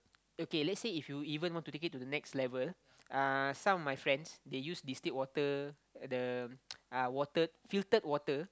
okay let's say if you even want to take it to the next level uh some of my friends they use distilled water the uh filtered water